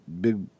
big